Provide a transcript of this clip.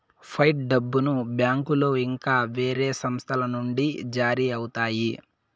fight డబ్బును బ్యాంకులో ఇంకా వేరే సంస్థల నుండి జారీ అవుతాయి